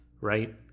right